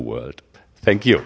world thank you